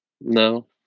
No